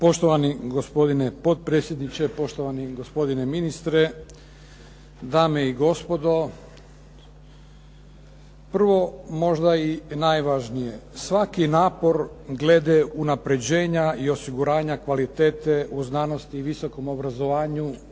Poštovani gospodine potpredsjedniče, poštovani gospodine ministre, dame i gospodo. Prvo, možda i najvažnije. Svaki napor glede unapređenja i osiguranja kvalitete u znanosti i visokom obrazovanju